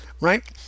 right